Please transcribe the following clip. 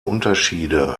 unterschiede